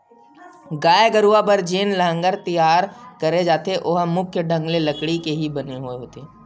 गाय गरुवा बर जेन लांहगर तियार करे जाथे ओहा मुख्य ढंग ले लकड़ी के ही बने होय होथे